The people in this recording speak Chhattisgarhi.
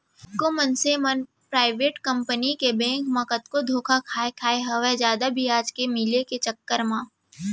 कतको मनसे मन पराइबेट कंपनी के बेंक मन म कतको धोखा खाय खाय हवय जादा बियाज मिले के चक्कर म